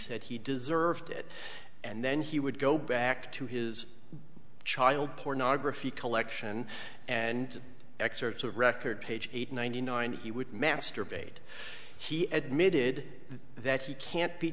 said he deserved it and then he would go back to his child pornography collection and excerpts of record page eight ninety nine he would masturbate he admitted that he can't be